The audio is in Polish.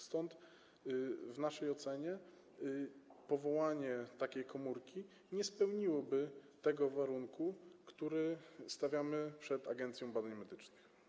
Stąd w naszej ocenie powołanie takiej komórki nie spełniłoby tego warunku, który stawiamy przed Agencją Badań Medycznych.